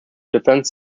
defense